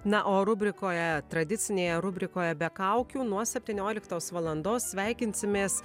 na o rubrikoje tradicinėje rubrikoje be kaukių nuo septynioliktos valandos sveikinsimės